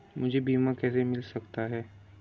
मुझे बीमा कैसे मिल सकता है?